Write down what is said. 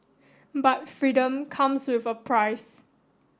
but freedom comes with a price